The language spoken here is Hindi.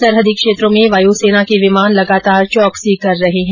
सरहदी क्षेत्रों में वायू सेना के विमान लगातार चौकसी कर रहे है